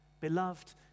Beloved